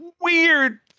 Weird